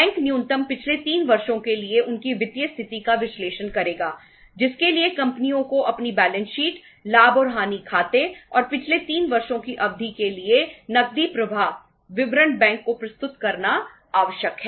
bank न्यूनतम पिछले 3 वर्षों के लिए उनकी वित्तीय स्थिति का विश्लेषण करेगा जिसके लिए कंपनियों को अपनी बैलेंस शीट लाभ और हानि खाते और पिछले 3 वर्षों की अवधि के लिए नकदी प्रवाह विवरण बैंक को प्रस्तुत करना आवश्यक है